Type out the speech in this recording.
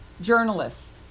journalists